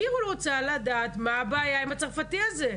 מבקשת לדעת מה הבעיה עם הניתוח הצרפתי הזה?